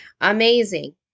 amazing